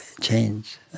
change